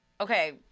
Okay